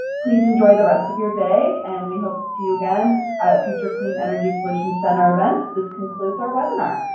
please enjoy the rest of your day and we hope to see you again at future clean energy solutions center events. this concludes our webinar.